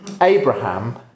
Abraham